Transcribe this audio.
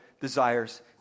desires